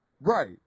right